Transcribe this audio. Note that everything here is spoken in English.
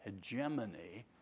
hegemony